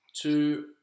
two